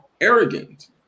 arrogant